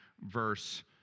verse